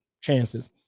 chances